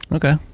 okay.